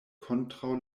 kontraŭ